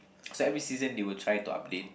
so every season they will try to update